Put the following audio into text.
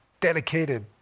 dedicated